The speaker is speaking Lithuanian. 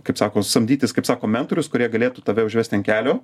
kaip sako samdytis kaip sako mentorius kurie galėtų tave užvesti ant kelio